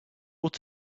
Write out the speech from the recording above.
ought